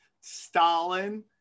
Stalin